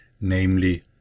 namely